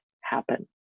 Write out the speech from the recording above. happen